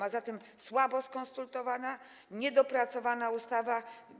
A zatem słabo skonsultowana, niedopracowana ustawa.